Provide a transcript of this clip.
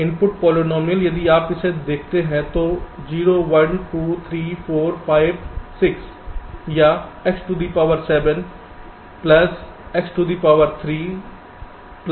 तो input polynomial यदि आप इसे देखते हैं तो 0 1 2 3 4 5 6 यह x to the power 7 plus x to the power 3 plus x to the power 1 हो जाएगा